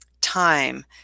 time